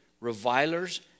revilers